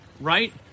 right